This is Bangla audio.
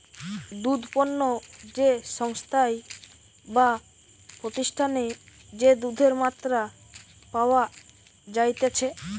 দুধ পণ্য যে সংস্থায় বা প্রতিষ্ঠানে যে দুধের মাত্রা পাওয়া যাইতেছে